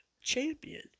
champion